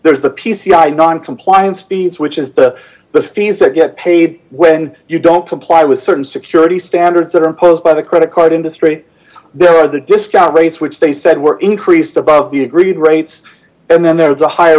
there's the p c i non compliance speeds which is the the fees that get paid when you don't comply with certain security standards that are imposed by the credit card industry there are the discount rates which they said were increased above the agreed rates and then there was a higher